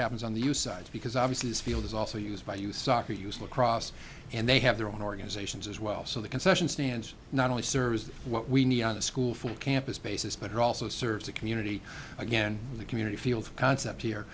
happens on the u s side because obviously this field is also used by usaca use lacrosse and they have their own organizations as well so the concession stands not only serves what we need on a school full campus basis but it also serves the community again the community feel the concept here